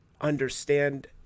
understand